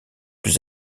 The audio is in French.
plus